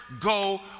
go